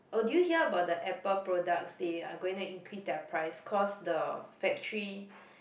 oh did you hear about the Apple products they are going to increase their price cause the factory